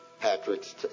Patrick's